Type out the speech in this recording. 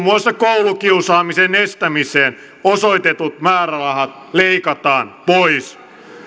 muassa koulukiusaamisen estämiseen osoitetut määrärahat leikataan pois